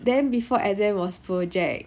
then before exam was project